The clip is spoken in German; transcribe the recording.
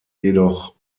jedoch